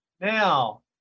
Now